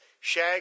Shag